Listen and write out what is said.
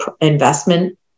investment